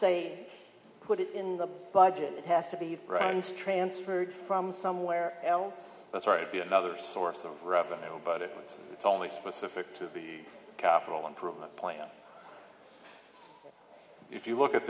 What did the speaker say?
say put it in the budget it has to be transferred from somewhere else that's right be another source of revenue but it is only specific to the capital improvement plan if you look at